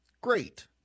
Great